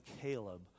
Caleb